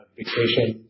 vacation